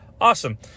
Awesome